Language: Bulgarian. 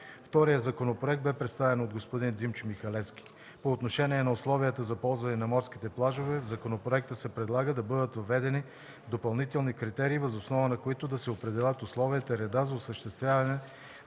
Вторият законопроект бе представен от господин Димчо Михалевски. По отношение на условията за ползване на морските плажове в законопроекта се предлага да бъдат въведени допълнителни критерии, въз основа на които да се определят условията и редът за осъществяване